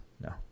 No